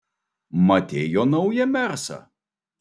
matei jo naują mersą